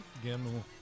Again